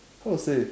how to say